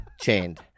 Chained